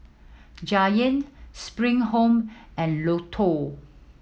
Giant Spring Home and Lotto